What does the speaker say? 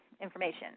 information